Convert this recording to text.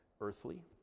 earthly